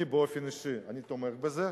אני באופן אישי תומך בזה.